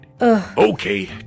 Okay